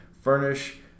furnish